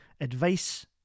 advice